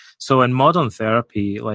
so, in modern therapy, like